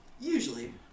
Usually